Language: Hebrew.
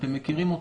אתם מכירים,